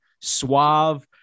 suave